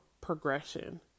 progression